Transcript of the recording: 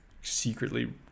secretly